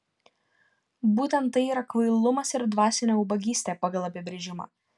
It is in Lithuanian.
būtent tai yra kvailumas ir dvasinė ubagystė pagal apibrėžimą